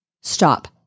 Stop